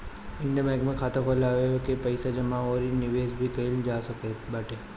Indian Bank में खाता खोलवा के पईसा जमा अउरी निवेश भी कईल जा सकत बाटे